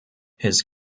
his